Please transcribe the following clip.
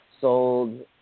sold